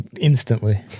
Instantly